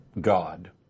God